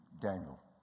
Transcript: Daniel